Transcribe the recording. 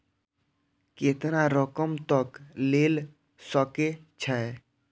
केतना रकम तक ले सके छै?